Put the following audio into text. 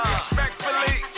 respectfully